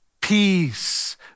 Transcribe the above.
peace